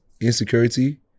insecurity